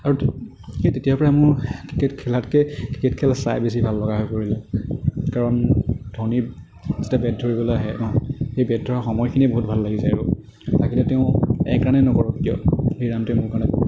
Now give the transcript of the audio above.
আৰু সেই তেতিয়াৰপৰাই মোৰ ক্ৰিকেট খেলাতকৈ ক্ৰিকেট খেল চাই বেছি ভাললগা হৈ পৰিলে কাৰণ ধনী যেতিয়া বেট ধৰিবলৈ আহে ন সেই বেট ধৰা সময়খিনিয়েই বহুত ভাল লাগি যায় আৰু লাগিলে তেওঁ এক ৰাণেই নকৰক কিয় সেই ৰাণটোৱেই মোৰ কাৰণে বহুত